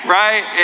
right